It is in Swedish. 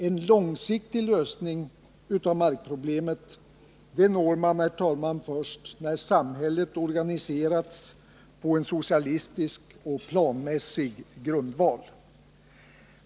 En långsiktig lösning av markproblemet når man, herr talman, först när samhället organiserats på en socialistisk och planmässig grundval.